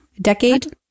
decade